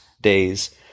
days